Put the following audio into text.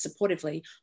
supportively